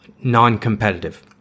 non-competitive